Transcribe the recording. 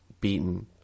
beaten